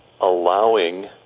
allowing